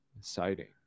sightings